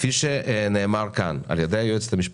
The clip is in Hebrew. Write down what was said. כפי שנאמר על ידי היועצת המשפטית,